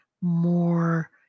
more